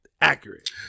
Accurate